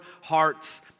hearts